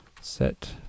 set